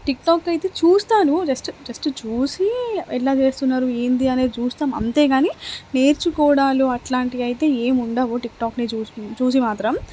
TikTok అయితే చూస్తాను just just చూసి ఎట్లా చేస్తున్నారు ఏంది అనేది చూస్తాను అంతే కానీ నేర్చుకోవడాలు అట్లాంటివైతే ఏమి ఉండవు టిక్టాక్ని చూసి చూసి మాత్రం